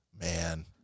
Man